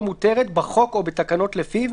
מותרת לפי כל דין בחוק או בתקנות לפיו,